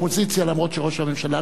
אף שראש הממשלה לא דיבר,